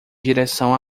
direção